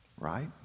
right